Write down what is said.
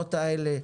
הפעולות האלה?